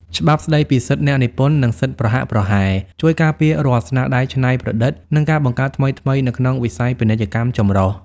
ច្បាប់ស្ដីពីសិទ្ធិអ្នកនិពន្ធ និងសិទ្ធិប្រហាក់ប្រហែល ជួយការពាររាល់ស្នាដៃច្នៃប្រឌិត និងការបង្កើតថ្មីៗនៅក្នុងវិស័យពាណិជ្ជកម្មចម្រុះ។